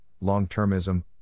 long-termism